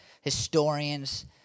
historians